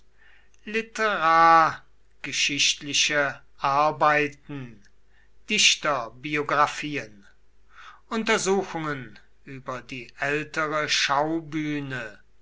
literargeschichtliche arbeiten dichterbiographien untersuchungen über die ältere schaubühne